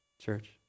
church